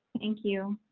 thank you.